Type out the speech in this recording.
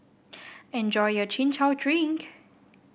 enjoy your Chin Chow Drink